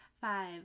Five